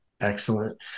Excellent